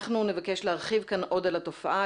אנחנו נבקש להרחיב כאן עוד על התופעה,